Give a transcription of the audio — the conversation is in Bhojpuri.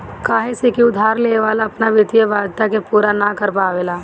काहे से की उधार लेवे वाला अपना वित्तीय वाध्यता के पूरा ना कर पावेला